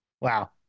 Wow